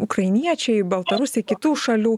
ukrainiečiai baltarusiai kitų šalių